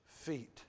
feet